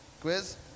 Quiz